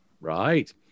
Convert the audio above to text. right